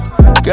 Girl